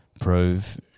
prove